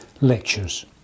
lectures